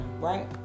Right